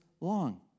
long